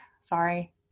Sorry